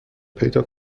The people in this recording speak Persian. پیدا